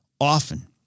often